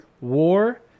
war